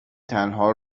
تنها